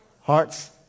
Hearts